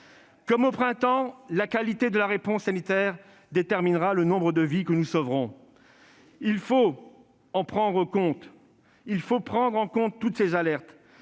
Comme au printemps, la qualité de la réponse sanitaire déterminera le nombre de vies que nous sauverons. Il faut prendre en compte toutes ces alertes.